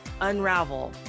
unravel